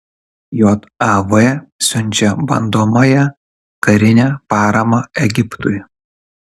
jav siunčia bandomąją karinę paramą egiptui